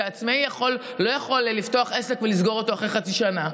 שעצמאי לא יכול לפתוח עסק ולסגור אותו אחרי חצי שנה,